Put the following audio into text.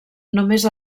només